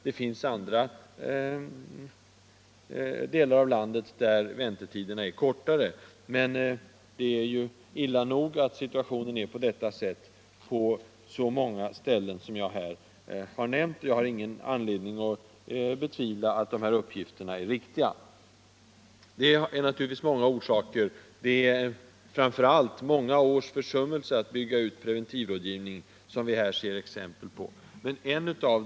Det finns andra delar av landet där väntetiderna är kortare, men det är illa nog att situationen ter sig på detta sätt på så många ställen som jag här har nämnt. Jag har ingen anledning att betvivla att uppgifterna är riktiga. Orsakerna är naturligtvis många. Det är framför allt många års försummelser när det gäller att bygga ut preventivrådgivningen som vi här ser följerna av.